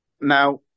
now